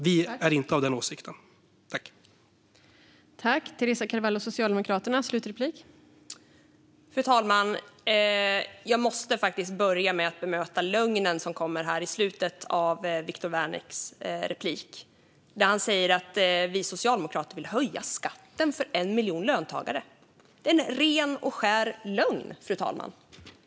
Vi är inte av den åsikten att man ska göra det.